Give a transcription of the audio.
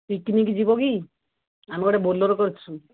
picnic ଯିବ କି ଆମେ ଗୋଟେ ବୋଲେରୋ କରିଛୁ